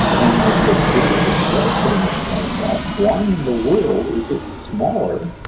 and as the visual display pretty much points out, why in the world is it's smaller